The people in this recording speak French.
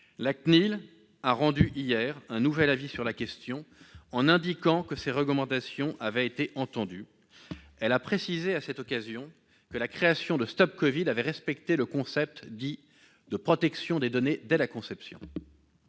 La CNIL a rendu hier un nouvel avis sur la question, dans lequel elle indique que ses recommandations ont été entendues. Elle a précisé à cette occasion que la création de StopCovid avait respecté le concept dit « de protection des données dès la conception